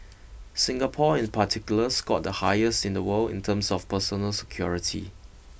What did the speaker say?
Singapore in particular scored the highest in the world in terms of personal security